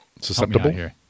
Susceptible